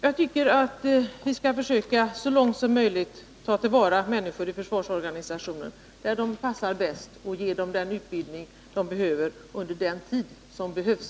Jag anser att vi så långt som möjligt skall ta till vara människors kunskaper i försvarsorganisationen och placera dem där de passar bäst samt utbilda dem under så lång tid som behövs.